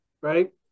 right